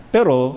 Pero